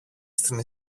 στην